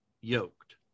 yoked